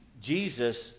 Jesus